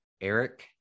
Eric